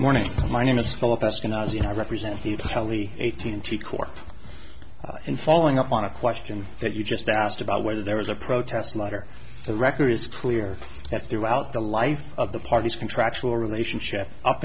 morning my name is philip eskenazi i represent the tele eighteen t corps in following up on a question that you just asked about whether there was a protest letter the record is clear that throughout the life of the party's contractual relationship up